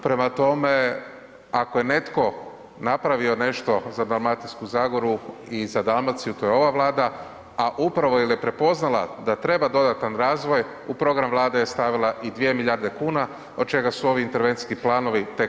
Prema tome, ako je netko napravio nešto za Dalmatinsku zagoru i za Dalmaciju to je ova Vlada, a upravo jer je prepoznala da treba dodatan razvoj u program Vlade je stavila i 2 milijarde kuna od čega su ovi intervencijski planovi tek početak.